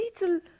little